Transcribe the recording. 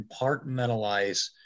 compartmentalize